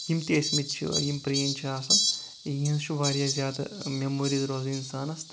یِم تہِ ٲسۍ مٕتۍ چھِ یِم پرٲنۍ چھِ آسان یِہنٛز چھ واریاہ زیادٕ میموریز روزان اِنسانَس تہٕ